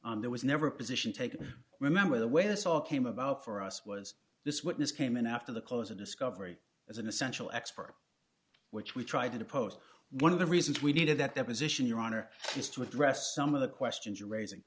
on there was never a position taken remember the way this all came about for us was this witness came in after the close of discovery as an essential expert which we tried to post one of the reasons we did that deposition your honor is to address some of the questions you're raising